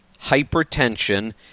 hypertension